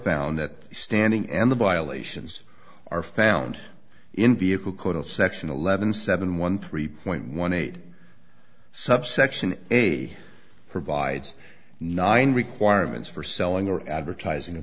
found that standing and the violations are found in vehicle code of section eleven seven one three point one eight subsection a provides nine requirements for selling or advertising a